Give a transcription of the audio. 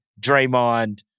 Draymond